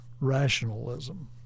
rationalism